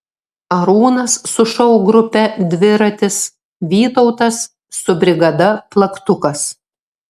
arūnas su šou grupe dviratis vytautas su brigada plaktukas